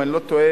אם אני לא טועה,